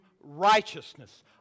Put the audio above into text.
righteousness